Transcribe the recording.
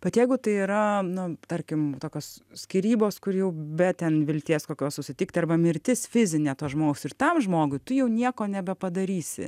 bet jeigu tai yra na tarkim tokios skyrybos kur jau be ten vilties kokios susitikti arba mirtis fizinė to žmogaus ir tam žmogui tu jau nieko nebepadarysi